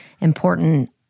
important